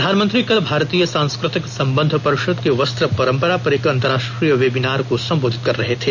प्रधानमंत्री कल भारतीय सांस्कृतिक संबंध परिषद की वस्त्र परंपरा पर एक अंतरराष्ट्रीय वेबिनार को संबोधित कर रहे थे